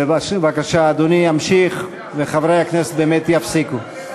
בבקשה, אדוני ימשיך, וחברי הכנסת באמת יפסיקו.